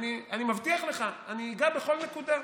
אני מבטיח לך, אני אגע בכל נקודה.